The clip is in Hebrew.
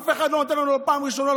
אף אחד לא נותן לנו לא פעם ראשונה,